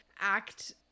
act